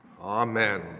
Amen